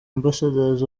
ambassadors